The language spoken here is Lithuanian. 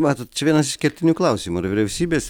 matot čia vienas iš kertinių klausimų ar vyriausybės